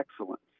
excellence